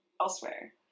elsewhere